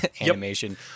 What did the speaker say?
animation